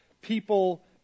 people